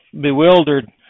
bewildered